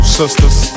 sisters